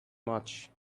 much